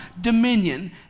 dominion